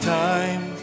time